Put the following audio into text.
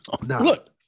Look